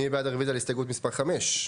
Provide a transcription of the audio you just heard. מי בעד הרביזיה להסתייגות מספר 9?